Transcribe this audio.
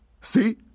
See